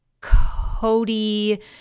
Cody